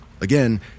again